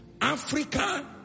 Africa